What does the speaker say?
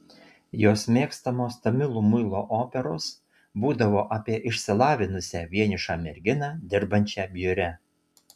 jos mėgstamos tamilų muilo operos būdavo apie išsilavinusią vienišą merginą dirbančią biure